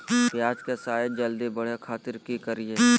प्याज के साइज जल्दी बड़े खातिर की करियय?